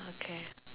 okay